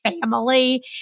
family